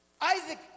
Isaac